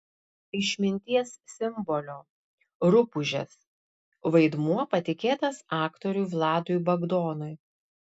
išminties simbolio rupūžės vaidmuo patikėtas aktoriui vladui bagdonui